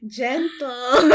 gentle